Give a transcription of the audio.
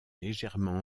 légèrement